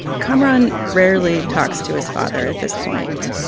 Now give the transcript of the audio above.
kamaran rarely talks to his father at this point.